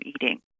eating